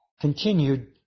continued